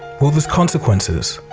well there's consequences.